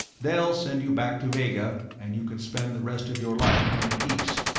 they'll send you back to vega, and you can spend the rest of your life in peace,